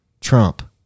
Trump